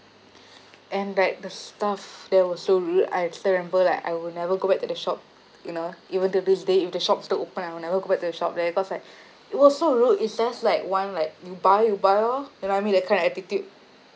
and like the staff they were so rude I still remember like I will never go back to that shop you know even till this day if the shop still open I will never go back to the shop there cause like it was so rude it's just like one like you buy you buy lor you know what I mean that kind of attitude